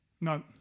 No